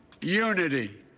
Unity